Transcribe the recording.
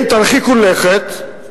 אם תרחיקו לכת,